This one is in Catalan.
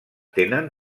tenen